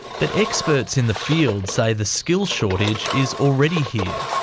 but experts in the field say the skills shortage is already here.